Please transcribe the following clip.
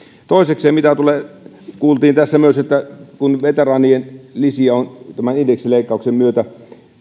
toisekseen kun kuultiin tässä myös että veteraanien lisät tämän indeksileikkauksen myötä